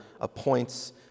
appoints